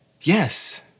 Yes